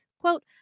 quote